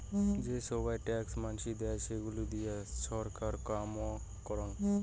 যে সোগায় ট্যাক্স মানসি দেয়, সেইগুলা দিয়ে ছরকার কাম করং